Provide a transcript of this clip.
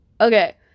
Okay